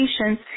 patients